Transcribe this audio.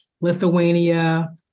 Lithuania